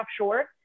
offshore